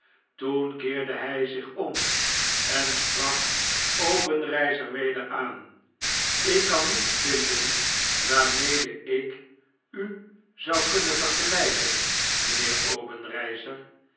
toen keerde hij zich om en sprak obenreizer weder aan lk kan niets vmden waarmede ik u zou kunnen vergelpen